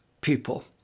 people